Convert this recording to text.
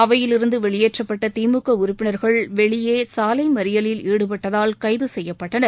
அவையிலிருந்து வெளியேற்றப்பட்ட திமுக உறுப்பினர்கள் வெளியே சாலை மறியலில் ஈடுபட்டதால் கைது செய்யப்பட்டனர்